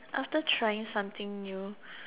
after trying something new